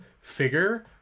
figure